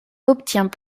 obtient